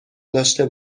داشته